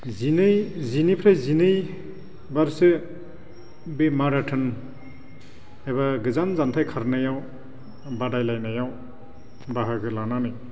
जिनिफ्राय जिनै बारसो बे माराथ'न एबा गोजान जानथाय खारनाय बादायलायनायाव बाहागो लानानै